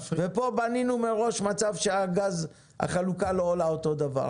בנינו מראש מצב שהחלוקה של הגז לא עולה אותו הדבר.